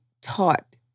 taught